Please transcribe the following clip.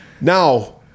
Now